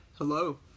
Hello